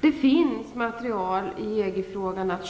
Det finns material att köpa i EG-frågan, och